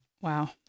wow